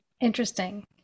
Interesting